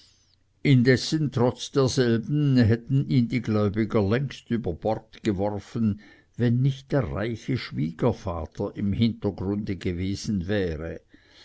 indessen trotz derselben hätten ihn die gläubiger längst über bord geworfen wenn nicht der reiche schwiegervater im hintergrunde gewesen wäre